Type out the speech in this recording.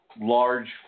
large